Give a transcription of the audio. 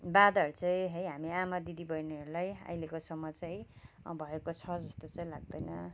बाधाहरू चाहिँ है हामी आमा दिदी बहिनीहरूलाई अहिलेकोसम्म चाहिँ है भएको छ जस्तो चाहिँ लाग्दैन